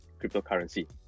cryptocurrency